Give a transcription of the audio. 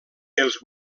els